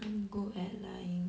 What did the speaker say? I'm good at lying